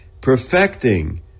perfecting